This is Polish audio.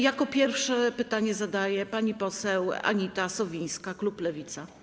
Jako pierwsza pytanie zadaje pani poseł Anita Sowińska, klub Lewica.